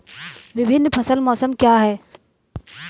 विभिन्न फसल मौसम क्या हैं?